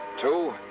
Two